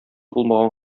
булмаган